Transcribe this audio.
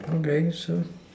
okay so